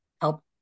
help